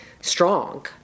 strong